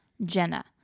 Jenna